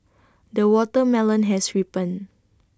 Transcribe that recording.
the watermelon has ripened